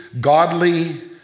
godly